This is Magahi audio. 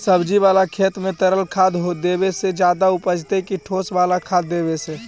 सब्जी बाला खेत में तरल खाद देवे से ज्यादा उपजतै कि ठोस वाला खाद देवे से?